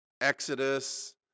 Exodus